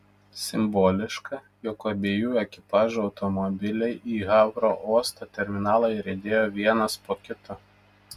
simboliška jog abiejų ekipažų automobiliai į havro uosto terminalą įriedėjo vienas po kito